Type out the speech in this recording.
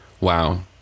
Wow